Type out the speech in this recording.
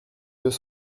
deux